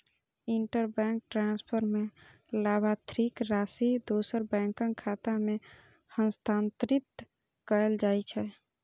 interbank transfer मे लाभार्थीक राशि दोसर बैंकक खाता मे हस्तांतरित कैल जाइ छै